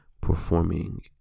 performing